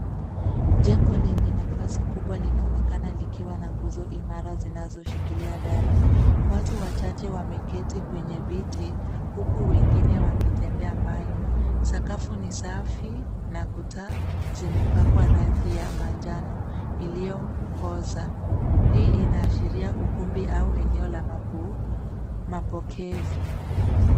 Jengo lenye nafasi kubwa linaonekana likiwa na nguzo imara zinazoshikilia dari. Watu wachache wameketi kwenye viti huku wengine wakitembea mbali. Sakafu ni safi na kuta zimepakwa rangi ya manjano iliyokoza. Hii inaashiria ukumbi aua eneo la mapokezi.